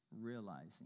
realizing